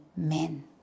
amen